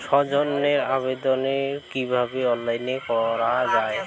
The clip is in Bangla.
ঋনের আবেদন কিভাবে অনলাইনে করা যায়?